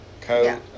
coat